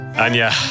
Anya